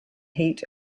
heat